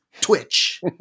twitch